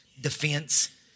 defense